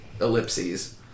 ellipses